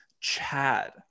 Chad